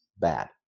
bad